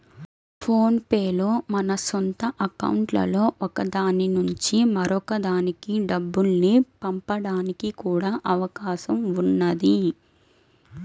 phone pay లో మన సొంత అకౌంట్లలో ఒక దాని నుంచి మరొక దానికి డబ్బుల్ని పంపడానికి కూడా అవకాశం ఉన్నది